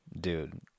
dude